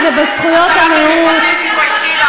תכף אני אדבר, אבל יש לי מלא זמן.